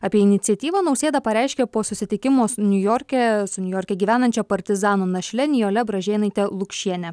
apie iniciatyvą nausėda pareiškė po susitikimo niujorke su niujorke gyvenančia partizano našle nijole bražėnaite lukšiene